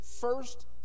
first